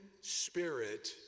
spirit